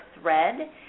thread